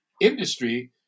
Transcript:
industry